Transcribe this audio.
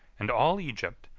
and all egypt,